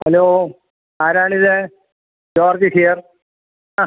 hello ആരാണിത് George here ആ